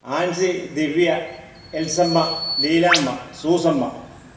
Ancy Divya Elsamma Leelamma Susamma